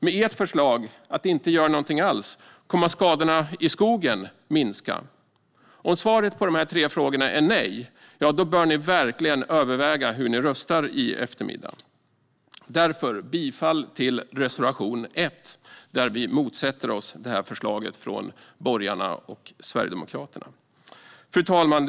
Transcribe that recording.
Med ert förslag, alltså att inte göra något alls, kommer skadorna i skogen att minska? Om svaret på de tre frågorna är nej, bör ni verkligen överväga hur ni röstar i eftermiddag. Jag yrkar bifall till reservation 1, där vi skriver att vi motsätter oss förslaget från borgarna och Sverigedemokraterna. Fru talman!